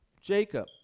Jacob